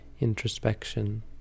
introspection